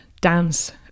dance